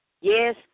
Yes